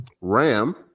ram